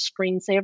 screensaver